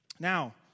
Now